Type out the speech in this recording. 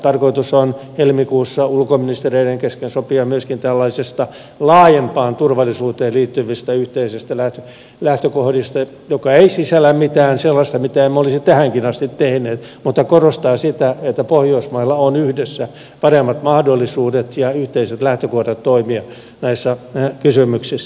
tarkoitus on helmikuussa ulkoministereiden kesken sopia myöskin laajempaan turvallisuuteen liittyvistä yhteisistä lähtökohdista jotka eivät sisällä mitään sellaista mitä emme olisi tähänkin asti tehneet mutta korostavat sitä että pohjoismailla on yhdessä paremmat mahdollisuudet ja yhteiset lähtökohdat toimia näissä kysymyksissä